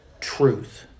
truth